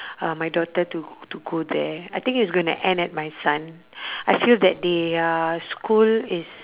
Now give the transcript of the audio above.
uh my daughter to to go there I think it's going to end at my son I feel that their school is